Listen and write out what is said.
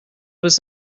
was